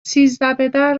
سیزدهبدر